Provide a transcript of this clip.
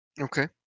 Okay